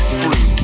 free